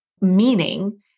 Meaning